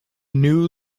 knew